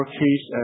case